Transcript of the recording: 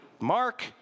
Mark